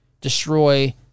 destroy